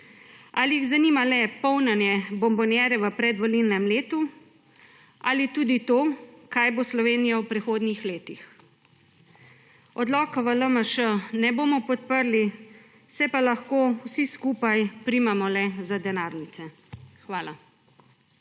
ali jih zanima le polnjenje bombonjere v predvolilnem letu ali tudi to, kaj bo s Slovenijo v prihodnjih letih. Odloka v LMŠ ne bomo podprli, se pa lahko vsi skupaj le primemo za denarnice. Hvala.